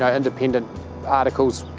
ah independent articles,